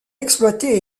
exploitait